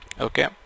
okay